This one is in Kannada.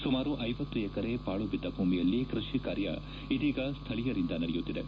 ಸುಮಾರು ಐವತ್ತು ಎಕರೆ ಪಾಳು ಬಿದ್ದ ಭೂಮಿಯಲ್ಲಿ ಕೃಷಿ ಕಾರ್ಯ ಇದೀಗ ಸ್ಥಳೀಯರಿಂದ ನಡೆಯುತ್ತಿದೆ